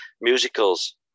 Musicals